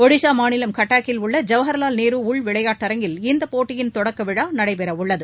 ஒடிசா மாநிலம் கட்டாக்கில் உள்ள ஜவஹர்லால் நேரு உள் விளையாட்டரங்கில் இந்தப்போட்டியின் தொடக்க விழா நடைபெறவுள்ளது